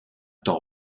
temps